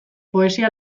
poesia